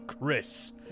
Chris